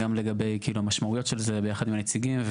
גם לגבי המשמעויות של זה ביחד עם הנציגים,